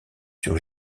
sur